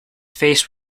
face